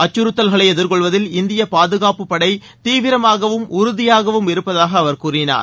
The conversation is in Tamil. அச்சுறுத்தல்களை எதிர்கொள்வதில் இந்திய பாதுகாப்புப் படைகள் தீவிரமாகவும் உறுதியாகவும் இருப்பதாக அவர் கூறினார்